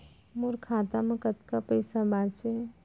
मोर खाता मा कतका पइसा बांचे हे?